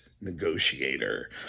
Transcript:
negotiator